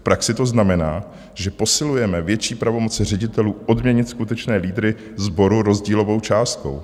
V praxi to znamená, že posilujeme větší pravomoci ředitelů odměnit skutečné lídry sboru rozdílovou částkou.